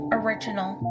original